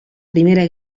primera